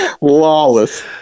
lawless